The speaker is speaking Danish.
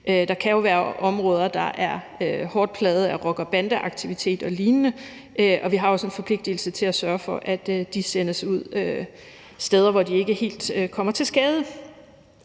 Der kan jo være områder, der er hårdt plaget af rocker- og bandeaktivitet og lignende, og vi har også en forpligtigelse til at sørge for, at de sendes ud steder, hvor de ikke kommer til skade.